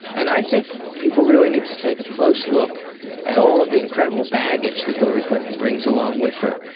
and i think people really need to take a close look at all of the incredible baggage that hillary clinton brings along with her,